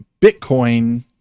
Bitcoin